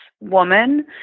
woman